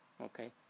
okay